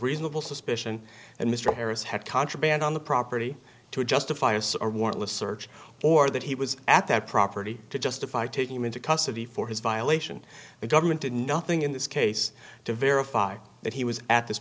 reasonable suspicion and mr harris had contraband on the property to justify us or warrantless search or that he was at that property to justify taking him into custody for his violation the government did nothing in this case to verify that he was at this